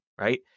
Right